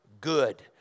good